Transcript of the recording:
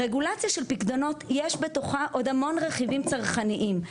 רגולציה של פיקדונות יש בתוכה עוד רכיבים צרכניים.